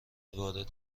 وارد